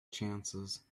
chances